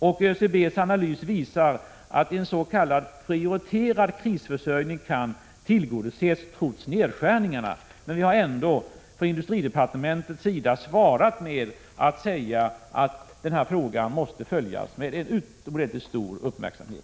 ÖCB:s analys visar att en s.k. prioriterad krisförsörjning kan tillgodoses trots nedskärningarna. Industridepartementet har svarat med att säga att frågan måste följas med utomordentligt stor uppmärksamhet.